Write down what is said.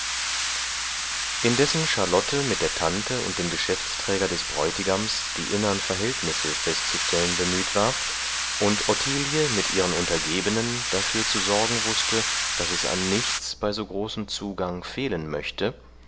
angesetzt indessen charlotte mit der tante und dem geschäftsträger des bräutigams die innern verhältnisse festzustellen bemüht war und ottilie mit ihren untergebenen dafür zu sorgen wußte daß es an nichts bei so großem zugang fehlen möchte